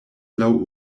laŭ